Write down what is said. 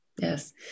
Yes